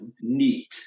NEAT